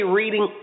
reading